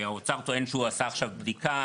האוצר טוען שהוא עשה עכשיו בדיקה,